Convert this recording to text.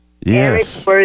Yes